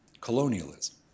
colonialism